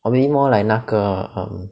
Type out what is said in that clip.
or maybe more like 那个 um